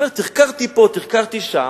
אומר: תחקרתי פה, תחקרתי שם,